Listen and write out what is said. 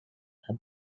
her